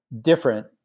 different